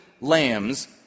lambs